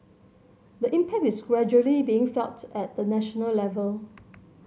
the impact is gradually being felt at the national level